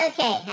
Okay